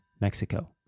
Mexico